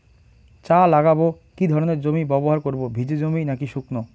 চা লাগাবো কি ধরনের জমি ব্যবহার করব ভিজে জমি নাকি শুকনো?